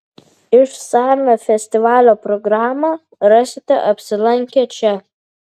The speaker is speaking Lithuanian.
išsamią festivalio programą rasite apsilankę čia